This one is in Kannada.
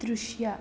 ದೃಶ್ಯ